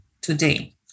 today